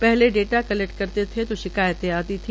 पहले data collect करते थे तो शिकायतें आती थी